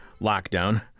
lockdown